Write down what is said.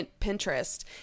Pinterest